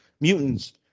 mutants